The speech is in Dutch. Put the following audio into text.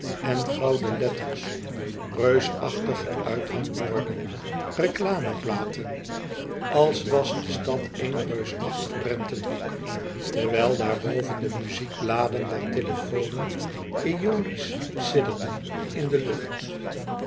en gouden letters reusachtige uithangborden reclameplaten als was de stad één reusachtig prentenboek terwijl daarboven de muziekbladen der telefoon iole sidderden in de lucht